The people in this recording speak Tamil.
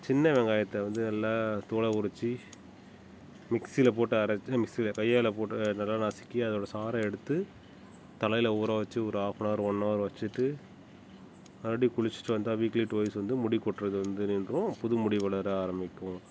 சின்ன வெங்காயத்தை வந்து நல்லா தோலை உறித்து மிக்ஸியில போட்டு அரைச்சு மிக்ஸியில கையால் போட்டு நல்லா நசுக்கி அதோடய சாறை எடுத்து தலையில் ஊற வச்சு ஒரு half an hour one hour வச்சுட்டு மறுபடியும் குளிச்சிட்டு வந்தால் வீக்லி ட்வைஸ் வந்து முடி கொட்டுறது வந்து நின்றும் புது முடி வளர ஆரம்மிக்கும்